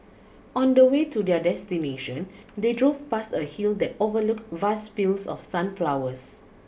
on the way to their destination they drove past a hill that overlooked vast fields of sunflowers